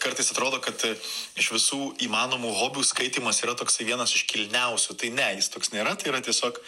kartais atrodo kad iš visų įmanomų hobių skaitymas yra toksai vienas iš kilniausių tai ne jis toks nėra tai yra tiesiog